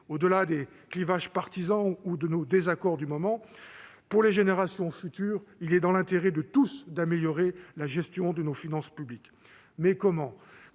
au-delà des clivages partisans ou de nos désaccords du moment : pour les générations futures, il est dans l'intérêt de tous d'améliorer la gestion de nos finances publiques. Mais comment ?